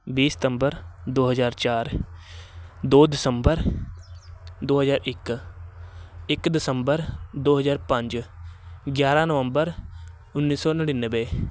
ਵੀਹ ਸਤੰਬਰ ਦੋ ਹਜ਼ਾਰ ਚਾਰ ਦੋ ਦਸੰਬਰ ਦੋ ਹਜ਼ਾਰ ਇੱਕ ਇੱਕ ਦਸੰਬਰ ਦੋ ਹਜ਼ਾਰ ਪੰਜ ਗਿਆਰ੍ਹਾਂ ਨਵੰਬਰ ਉੱਨੀ ਸੌ ਨੜਿਨਵੇਂ